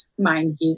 MindGeek